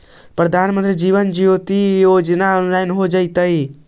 प्रधानमंत्री जीवन ज्योति बीमा योजना ऑनलाइन हो जइतइ